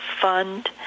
Fund